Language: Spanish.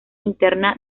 interna